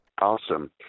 Awesome